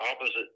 opposite